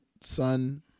son